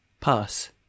Pass